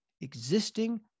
existing